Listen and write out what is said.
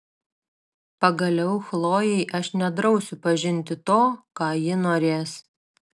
pagaliau chlojei aš nedrausiu pažinti to ką ji norės